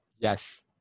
Yes